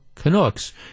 Canucks